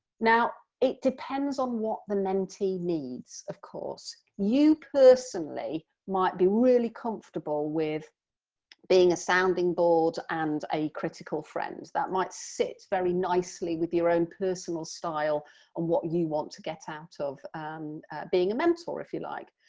now it depends on what the mentee need, of course, you personally might be really comfortable with being a sounding board and a critical friend that might sit very nicely with your own personal style and what you want to get out of being a mentor, if you like,